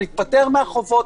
ניפטר מהחובות,